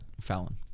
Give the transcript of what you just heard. Fallon